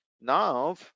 now